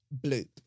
bloop